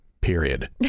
period